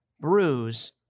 bruise